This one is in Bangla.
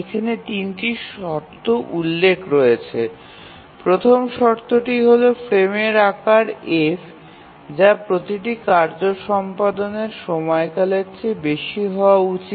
এখানে ৩টি শর্ত উল্লেখ রয়েছে প্রথম শর্তটি হল ফ্রেমের আকার f যা প্রতিটি কার্য সম্পাদনের সময়কালের চেয়ে বেশি হওয়া উচিত